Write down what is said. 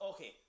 Okay